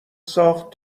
ساخت